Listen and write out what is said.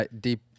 deep